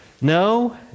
No